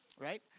Right